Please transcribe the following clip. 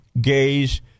gays